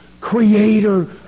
creator